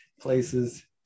places